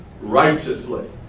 righteously